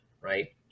Right